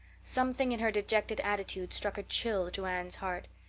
something in her dejected attitude struck a chill to anne's heart.